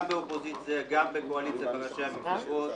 באופוזיציה וגם בקואליציה בין ראשי המפלגות.